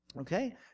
Okay